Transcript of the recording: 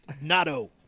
Nato